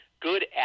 good